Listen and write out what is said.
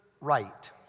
right